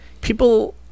people